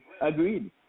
agreed